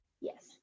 yes